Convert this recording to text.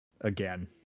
again